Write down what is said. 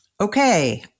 Okay